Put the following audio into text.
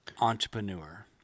entrepreneur